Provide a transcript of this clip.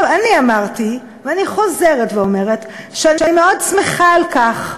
אני אמרתי ואני חוזרת ואומרת שאני מאוד שמחה על כך,